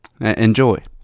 Enjoy